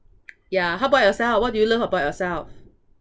yeah how about yourself what do you love about yourself